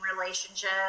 relationship